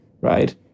right